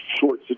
short